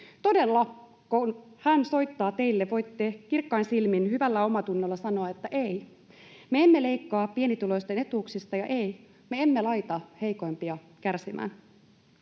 haluatte korottaa, todellako voitte kirkkain silmin, hyvällä omallatunnolla sanoa, että ”ei, me emme leikkaa pienituloisten etuuksista” ja ”ei, me emme laita heikoimpia kärsimään”?